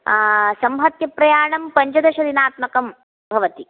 संहत्य प्रयाणं पञ्चदशदिनात्मकं भवति